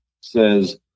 says